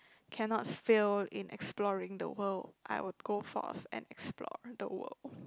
cannot fail in exploring the world I would go for and explore the world